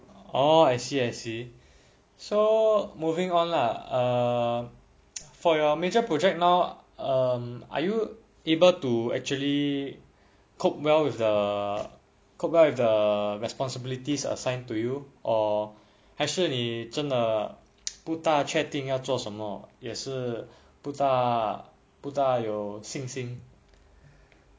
orh I see I see so moving on lah err for your major project now um are you able to actually cope well with the cope well with the responsibilities assigned to you or 还是你真的不大确定要做什么也是不不大不有信心:hai shi ni zhen de bu da que ding yao zuo shen me ye shi bufoufu bu da bufoufu you xin xin